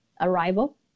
Arrival